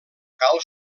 cal